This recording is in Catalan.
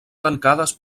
tancades